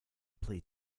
play